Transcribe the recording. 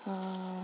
ହଁ